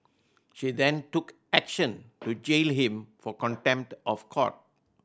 she then took action to jail him for contempt of court